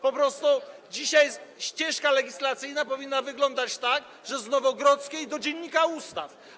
Po prostu dzisiaj jest tak, ścieżka legislacyjna powinna wyglądać tak: z Nowogrodzkiej do Dziennika Ustaw.